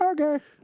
Okay